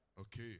Okay